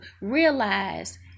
realize